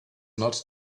not